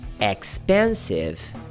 Expensive